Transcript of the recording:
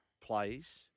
plays